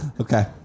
Okay